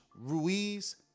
Ruiz